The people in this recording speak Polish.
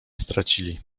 stracili